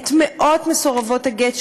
את מאות מסורבות הגט,